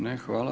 Ne, hvala.